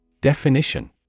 definition